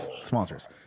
sponsors